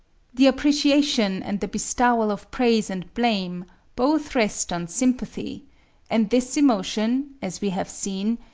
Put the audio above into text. the appreciation and the bestowal of praise and blame both rest on sympathy and this emotion, as we have seen,